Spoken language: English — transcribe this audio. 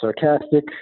sarcastic